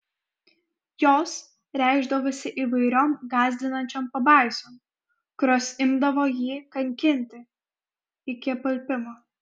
jos reikšdavosi įvairiom gąsdinančiom pabaisom kurios imdavo jį kankinti iki apalpimo